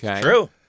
True